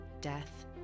death